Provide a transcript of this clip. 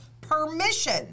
permission